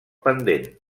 pendent